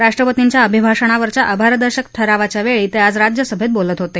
राष्ट्रपतींच्या अभिभाषणावरच्या आभारदर्शक ठरावाच्या वेळी ते आज राज्यसभेत बोलत होते